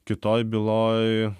kitoj byloj